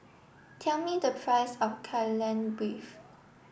tell me the price of Kai Lan Beef